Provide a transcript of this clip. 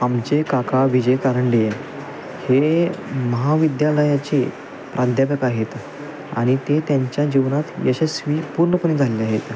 आमचे काका विजय कारंडे हे महाविद्यालयाचे प्राध्यापक आहेत आणि ते त्यांच्या जीवनात यशस्वी पूर्णपणे झाले आहेत